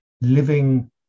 living